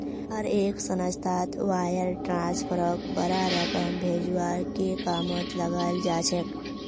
हर एक संस्थात वायर ट्रांस्फरक बडा रकम भेजवार के कामत लगाल जा छेक